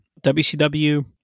WCW